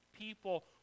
people